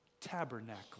tabernacle